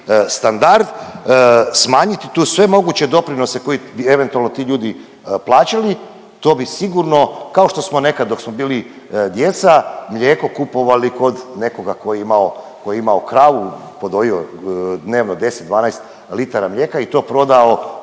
standard. Smanjiti tu sve moguće doprinose koji bi eventualno ti ljudi plaćali to bi sigurno kao što smo nekad dok smo bili djeca mlijeko kupovali kod nekoga tko je imao, tko je imao kravu podojio dnevno 10-12 litara mlijeka i to prodao